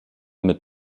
mit